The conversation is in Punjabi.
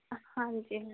ਹਾਂਜੀ ਹਾਂਜੀ